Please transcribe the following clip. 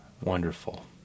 wonderful